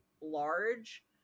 large